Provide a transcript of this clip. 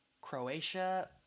Croatia